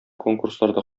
конкурсларда